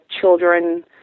children